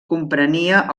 comprenia